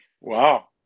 Wow